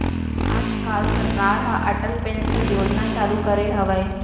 आज काल सरकार ह अटल पेंसन योजना चालू करे हवय